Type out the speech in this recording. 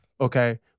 okay